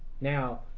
Now